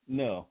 no